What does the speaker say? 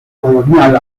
colonial